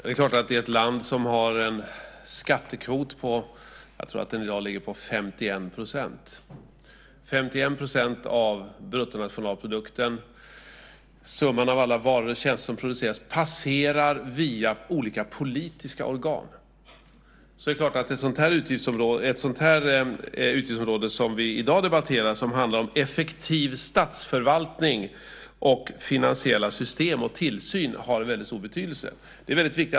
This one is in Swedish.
Fru talman! För ett land som har en skattekvot som jag tror i dag ligger på 51 %- 51 % av bruttonationalprodukten, summan av alla varor och tjänster som produceras, som passerar via olika politiska organ - är det klart att ett sådant utgiftsområde som vi i dag debatterar och som handlar om effektiv statsförvaltning, finansiella system och tillsyn har en väldigt stor betydelse.